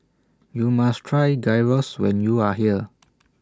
YOU must Try Gyros when YOU Are here